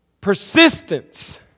persistence